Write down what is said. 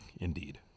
Indeed